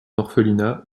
orphelinat